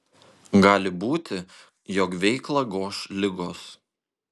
gali būti jog veiklą goš ligos